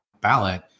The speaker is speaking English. ballot